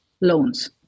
loans